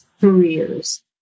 careers